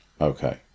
Okay